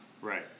Right